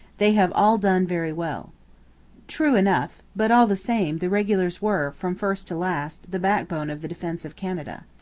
they have all done very well true enough. but, all the same, the regulars were, from first to last, the backbone of the defence of canada.